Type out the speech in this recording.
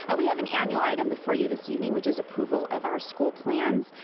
ah we have an annual item before you this evening which is approval of our school plans.